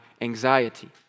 anxiety